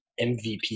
MVP